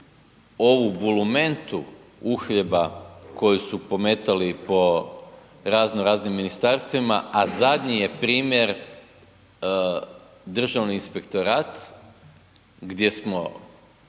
ovu bulumentu uhljeba koje su pometali po razno raznim ministarstvima, a zadnji je primjer državni inspektorat, gdje smo